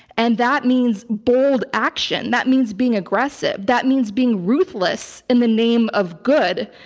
and that means bold action. that means being aggressive. that means being ruthless in the name of good.